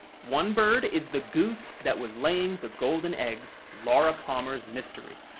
one bird is the goose that was laying the golden eggs, laura palmer's mystery.